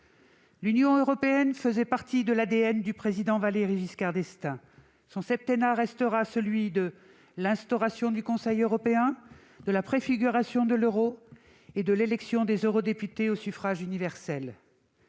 L'Union européenne faisait partie de l'ADN du Président Valéry Giscard d'Estaing, dont le septennat restera celui de l'instauration du Conseil européen, de la préfiguration de l'euro et de l'élection des eurodéputés au suffrage universel